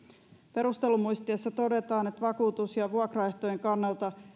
perustelumuistiossa todetaan että vakuutus ja vuokraehtojen kannalta